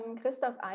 Christoph